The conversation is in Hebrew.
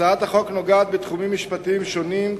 הצעת החוק נוגעת בתחומים משפטיים שונים,